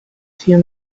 few